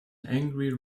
angry